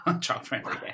Child-friendly